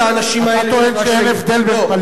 אתה טוען שאין הבדל בין פליט,